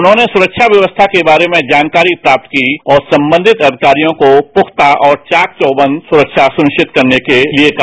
उन्होंने सुरक्षा व्यक्स्था के बारे में जानकारी प्राप्त की और संबंधित अविकारियों को पुख्ता और चाक चौबंद सुरक्षा सुनिश्चित करने के लिये कहा